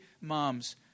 moms